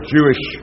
Jewish